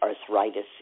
arthritis